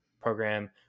program